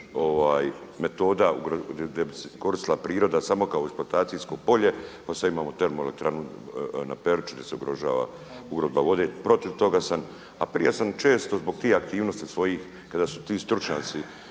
metoda gdje bi se koristila priroda samo kao eksploatacijsko polje pada sada ima termoelektranu na Peruči gdje se ugrožava …/Govornik se ne razumije./… protiv toga sam. A prije sam često zbog tih aktivnosti svojih kada su ti stručnjaci